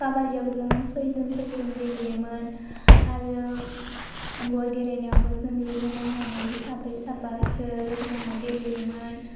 खाबायदियाव जोङो सयजन सयजन गेलेयोमोन आरो गर गेलेनायावबो जों लोगो नांनानै साब्रै साबासो लोगो नांना गेलेयोमोन